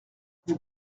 vous